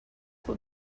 were